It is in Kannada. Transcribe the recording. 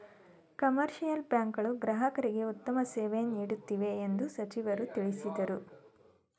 ಕಮರ್ಷಿಯಲ್ ಬ್ಯಾಂಕ್ ಗಳು ಗ್ರಾಹಕರಿಗೆ ಉತ್ತಮ ಸೇವೆ ನೀಡುತ್ತಿವೆ ಎಂದು ಸಚಿವರು ತಿಳಿಸಿದರು